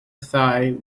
thighs